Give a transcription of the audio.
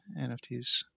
NFTs